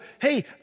hey